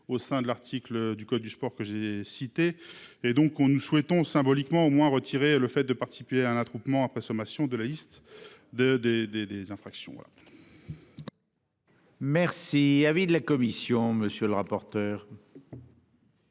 au sein de l'article du Code du sport que j'ai cité et donc on nous souhaitons symboliquement au moins retiré le fait de participer à un attroupement après sommation de la liste de des des des infractions. Merci. Avis de la commission. Monsieur le rapporteur.